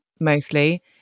mostly